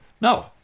No